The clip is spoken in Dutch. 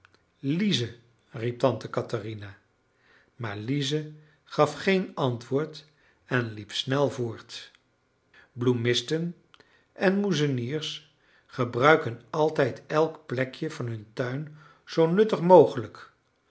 lize riep tante katherina maar lize gaf geen antwoord en liep snel voort bloemisten en moezeniers gebruiken altijd elk plekje van hun tuin zoo nuttig mogelijk